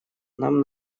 нам